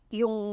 yung